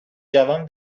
جوم